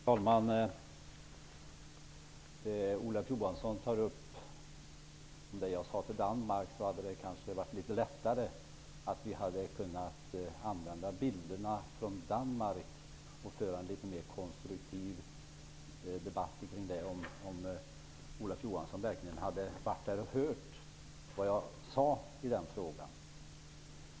Herr talman! Olof Johansson tog upp det som jag sade om Danmark. Om Olof Johansson verkligen hade varit här och hört vad jag sade, när jag använde bilderna från Danmark, hade det kanske varit litet lättare att få en litet mer konstruktiv debatt i frågan.